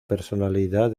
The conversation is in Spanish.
personalidad